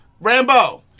Rambo